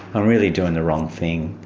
i'm really doing the wrong thing,